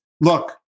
look